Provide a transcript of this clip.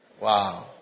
wow